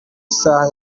isaha